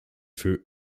für